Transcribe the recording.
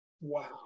Wow